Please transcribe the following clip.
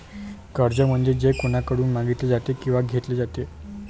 कर्ज म्हणजे जे कोणाकडून मागितले जाते किंवा घेतले जाते